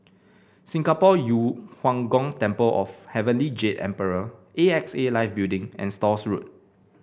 Singapore Yu Huang Gong Temple of Heavenly Jade Emperor A X A Life Building and Stores Road